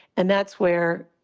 and that's where,